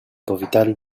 powitali